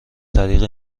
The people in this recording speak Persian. طریق